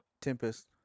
Tempest